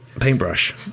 Paintbrush